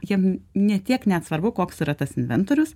jiem ne tiek net svarbu koks yra tas inventorius